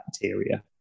bacteria